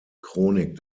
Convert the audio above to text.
chronik